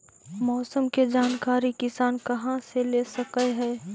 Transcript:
मौसम के जानकारी किसान कहा से ले सकै है?